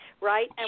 right